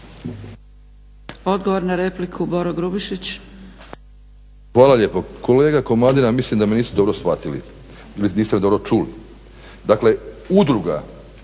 Odgovor na repliku Boro Grubišić.